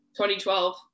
2012